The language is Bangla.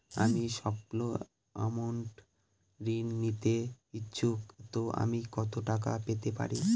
আমি সল্প আমৌন্ট ঋণ নিতে ইচ্ছুক তো আমি কত টাকা পেতে পারি?